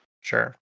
Sure